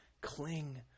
cling